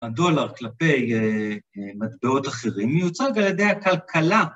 הדולר כלפי מטבעות אחרים מיוצג על ידי הכלכלה.